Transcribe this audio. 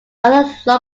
other